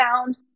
found